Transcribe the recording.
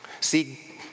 see